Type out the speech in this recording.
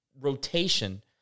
rotation